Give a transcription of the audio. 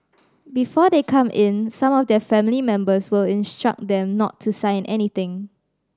before they come in some of their family members will instruct them not to sign anything